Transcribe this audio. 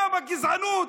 כמה גזענות,